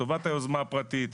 לטובת היוזמה הפרטית,